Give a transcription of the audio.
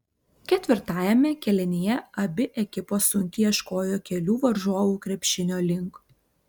ketvirtajame kėlinyje abi ekipos sunkiai ieškojo kelių varžovų krepšinio link